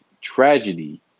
tragedy